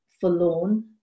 forlorn